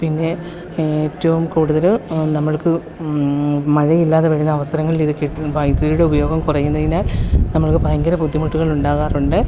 പിന്നെ ഏറ്റവും കൂടുതൽ നമ്മൾക്ക് മഴയില്ലാതെ വരുന്ന അവസരങ്ങളിൽ ഇത് കിട്ടുക വൈദ്യുതിയുടെ ഉപയോഗം കുറയുന്നതിനാൽ നമ്മൾക്ക് ഭയങ്കര ബുദ്ധിമുട്ടുകളുണ്ടാകാറുണ്ട്